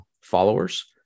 followers